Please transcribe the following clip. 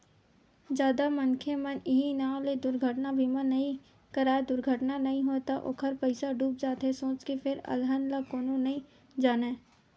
जादा मनखे मन इहीं नांव ले दुरघटना बीमा नइ कराय दुरघटना नइ होय त ओखर पइसा डूब जाथे सोच के फेर अलहन ल कोनो नइ जानय